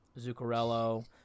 Zuccarello